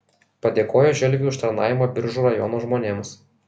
padėkojo želviui už tarnavimą biržų rajono žmonėms